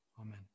amen